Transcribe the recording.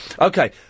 Okay